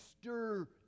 stir